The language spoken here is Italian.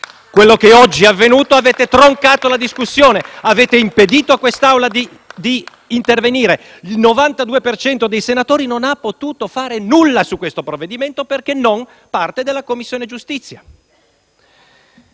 Quello che oggi è avvenuto è che avete troncato la discussione; avete impedito a quest'Assemblea di intervenire; il 92 per cento dei senatori non ha potuto fare nulla su questo provvedimento perché non fa parte della Commissione giustizia.